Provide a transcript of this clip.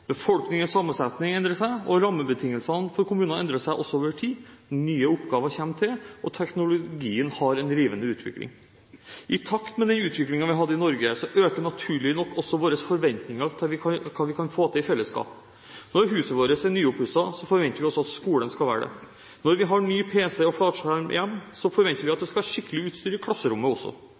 Befolkningens sammensetning endrer seg, og rammebetingelsene for kommunene endrer seg også over tid. Nye oppgaver kommer til, og teknologien har en rivende utvikling. I takt med den utviklingen vi har hatt i Norge, øker naturlig nok også våre forventninger til hva vi kan få til i fellesskap. Når huset vårt er nyoppusset, forventer vi også at skolen skal være det. Når vi har ny pc og flatskjerm hjemme, forventer vi det skal være skikkelig utstyr i klasserommet også.